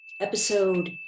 Episode